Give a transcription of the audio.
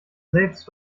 selbst